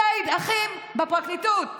ציד אחים בפרקליטות.